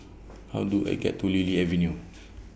How Do I get to Lily Avenue